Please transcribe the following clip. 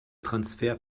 transfer